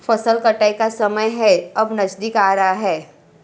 फसल कटाई का समय है अब नजदीक आ रहा है